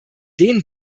den